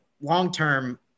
long-term